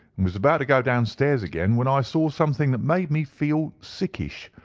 and was about to go downstairs again when i saw something that made me feel sickish,